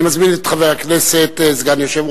אני מזמין את חבר הכנסת מקלב,